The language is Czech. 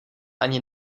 ani